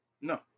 No